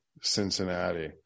Cincinnati